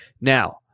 Now